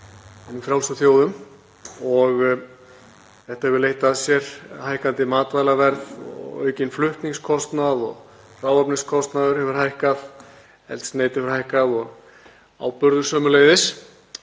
hinum frjálsu þjóðum. Þetta hefur leitt af sér hækkandi matvælaverð og aukinn flutningskostnað og hráefniskostnaður hefur hækkað, eldsneyti hefur hækkað og áburður sömuleiðis.